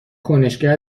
کنشگر